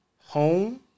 home